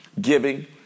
giving